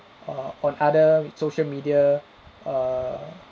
err on other social media err